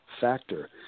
factor